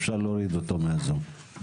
אפשר להוריד אותו מהזום.